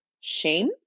shame